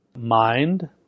mind